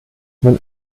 wenn